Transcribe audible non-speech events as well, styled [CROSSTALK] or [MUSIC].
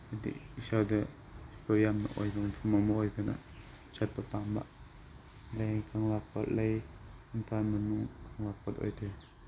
ꯍꯥꯏꯕꯗꯤ ꯏꯁꯥꯗ [UNINTELLIGIBLE] ꯌꯥꯝꯅ ꯑꯣꯏꯕ ꯃꯐꯝ ꯑꯃ ꯑꯣꯏꯕꯅ ꯆꯠꯄ ꯄꯥꯝꯕ ꯂꯩ ꯀꯪꯂꯥꯄꯥꯠ ꯂꯩ ꯏꯝꯐꯥꯜ ꯃꯅꯨꯡ ꯀꯪꯂꯥꯄꯥꯠ [UNINTELLIGIBLE]